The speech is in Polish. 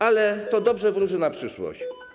Ale to dobrze wróży na przyszłość.